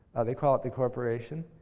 they call it the corporation.